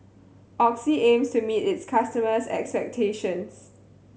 Oxy aims to meet its customers' expectations